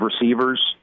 receivers